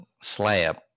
slab